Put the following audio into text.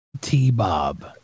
T-Bob